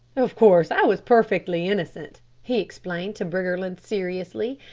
of course, i was perfectly innocent, he explained to briggerland seriously,